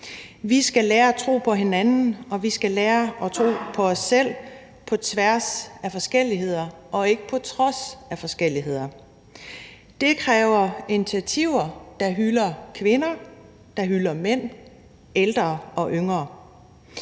Vi skal lære at tro på hinanden, og vi skal lære at tro på os selv, på tværs af forskelligheder og ikke på trods af forskelligheder. Det kræver initiativer, der hylder kvinder, der hylder mænd, ældre og yngre.